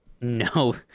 no